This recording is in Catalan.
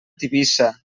tivissa